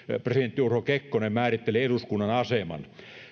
presidentti urho kekkonen määritteli eduskunnan aseman